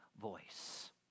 voice